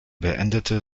beendete